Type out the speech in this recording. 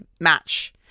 match